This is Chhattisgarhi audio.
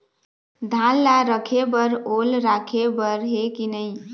धान ला रखे बर ओल राखे बर हे कि नई?